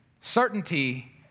Certainty